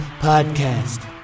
podcast